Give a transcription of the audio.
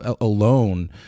alone